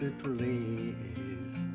please